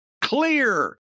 clear